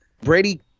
brady